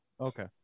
Okay